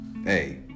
Hey